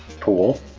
pool